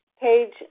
Page